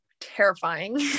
terrifying